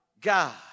God